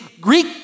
Greek